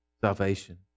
salvation